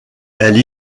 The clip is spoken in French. elles